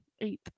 Eighth